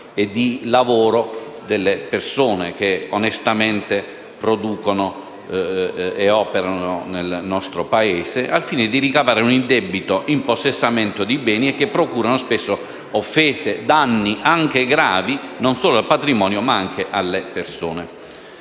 e di lavoro delle persone che, onestamente, producono e operano nel nostro Paese, al fine di ricavare un indebito impossessamento di beni e che procurano spesso offese, danni anche gravi non solo al patrimonio, ma anche alle persone.